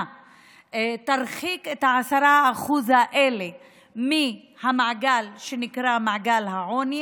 תרחיק את 10% האלה מהמעגל שנקרא מעגל העוני,